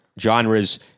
genres